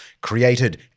created